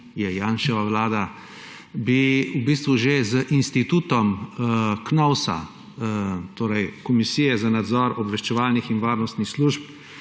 je Janševa vlada, bi že z institutom Knovsa, torej Komisije za nadzor obveščevalnih in varnostnih služb,